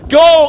go